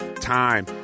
time